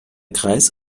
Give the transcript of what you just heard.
kreis